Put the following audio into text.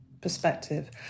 perspective